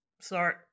sorry